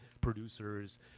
producers